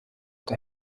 der